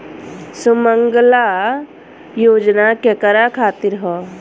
सुमँगला योजना केकरा खातिर ह?